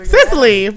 Sicily